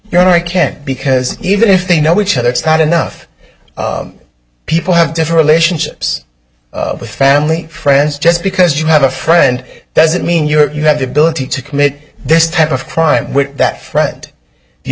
your i can't because even if they know each other it's not enough people have different relationships with family friends just because you have a friend doesn't mean you're you have the ability to commit this type of crime that fred the